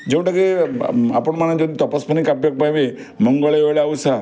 ଯେଉଁଟା କି ଆପଣମାନେ ଯଦି ତପସ୍ୱିନୀ କାବ୍ୟ ପାଇବେ ମଙ୍ଗଳେ ଉଷା